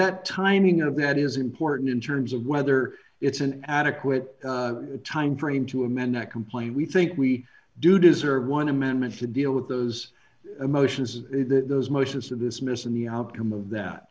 that timing of that is important in terms of whether it's an adequate time frame to amend a complaint we think we do deserve one amendment to deal with those emotions that those motions to dismiss and the outcome of that